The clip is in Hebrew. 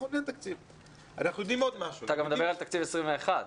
אתה גם מדבר על תקציב 2021,